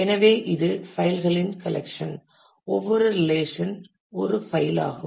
எனவே இது பைல்களின் கலெக்சன் ஒவ்வொரு ரிலேஷன் ஒரு பைல் ஆகும்